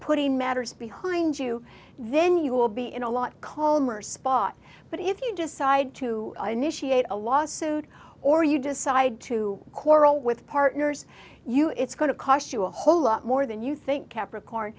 putting matters behind you then you will be in a lot calmer spot but if you decide to initiate a lawsuit or you decide to quarrel with partners you it's going to cost you a whole lot more than you think capricorn